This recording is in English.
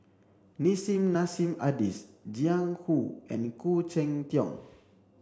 Nissim Nassim Adis Jiang Hu and Khoo Cheng Tiong